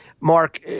Mark